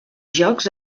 jocs